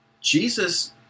Jesus